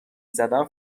زدم